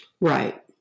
Right